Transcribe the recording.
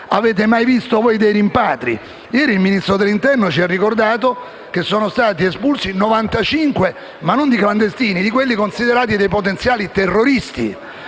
Avete mai visto dei rimpatri? Ieri il Ministro dell'interno ci ha ricordato che sono stati espulsi 95 soggetti, che non sono clandestini, ma sono considerati potenziali terroristi.